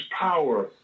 power